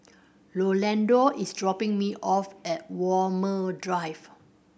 Rolando is dropping me off at Walmer Drive